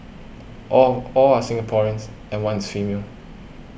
all all are Singaporeans and one is female